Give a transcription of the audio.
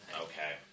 Okay